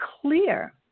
clear